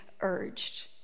urged